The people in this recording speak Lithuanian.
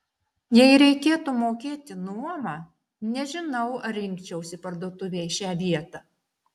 jei reikėtų mokėti nuomą nežinau ar rinkčiausi parduotuvei šią vietą